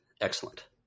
Excellent